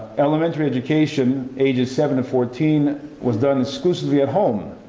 elementary education ages seven to fourteen was done exclusively at home.